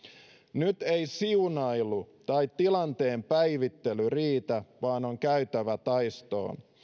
nyt ei siunailu tai tilanteen päivittely riitä vaan on käytävä taistoon